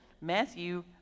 Matthew